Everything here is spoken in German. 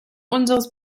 unseres